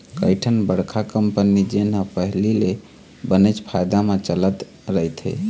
कइठन बड़का कंपनी जेन ह पहिली ले बनेच फायदा म चलत रहिथे